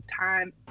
time